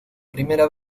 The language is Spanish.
primera